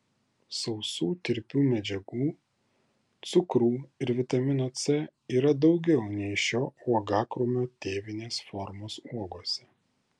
sausų tirpių medžiagų cukrų ir vitamino c yra daugiau nei šio uogakrūmio tėvinės formos uogose